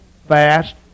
fast